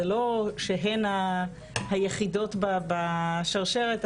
זה לא שהן היחידות בשרשרת,